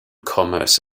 commerce